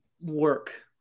work